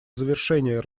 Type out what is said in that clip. завершение